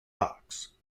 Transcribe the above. rocks